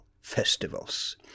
festivals